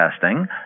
testing